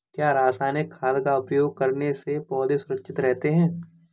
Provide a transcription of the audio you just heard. क्या रसायनिक खाद का उपयोग करने से पौधे सुरक्षित रहते हैं?